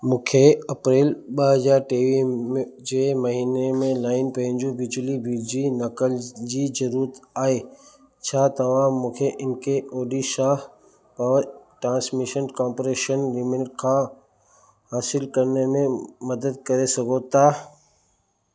मूंखे अप्रैल ॿ हज़ार टेवीह मे जंहिं महीने मे लाइन पंहिंजो बिजली बिल जी नक़ल जी ज़रूरत आहे छा तव्हां मूंखे इन खे Odisha power transmission corporation limited खां हासिलु करण में मदद करे सघो था